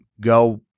go